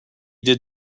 did